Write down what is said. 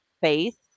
faith